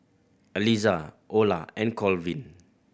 Aliza Ola and Colvin